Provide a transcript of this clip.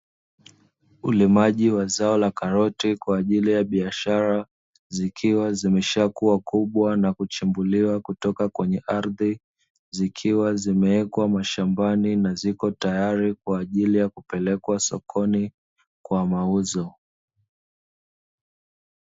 Ulimaji wa zao la karoti kwa ajili ya biashara, zikiwa zimeshakua kubwa na kuchimbuliwa kutoka kwenye ardhi, zikiwa zimeekwa mashambani na ziko tayari kwa ajili ya kupelekwa sokoni kwa mauzo.